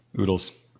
oodles